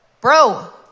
bro